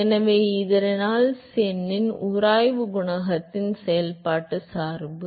எனவே இது ரெனால்ட்ஸ் எண்ணின் உராய்வு குணகத்தின் செயல்பாட்டு சார்பு